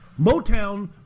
Motown